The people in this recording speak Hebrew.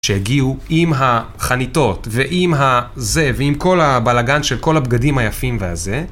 שהגיעו עם החניתות ועם זה ועם כל הבלאגן של כל הבגדים היפים והזה